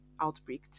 outbreak